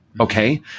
okay